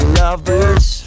lovers